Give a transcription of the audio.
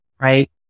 right